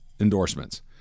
endorsements